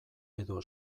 edo